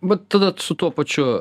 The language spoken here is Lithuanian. vat tada su tuo pačiu